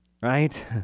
right